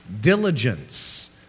diligence